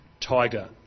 Tiger